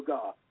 God